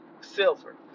silver